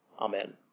Amen